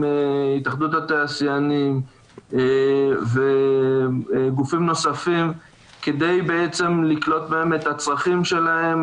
התאחדות התעשיינים וגופים נוספים כדי לקלוט מהם את הצרכים שלהם,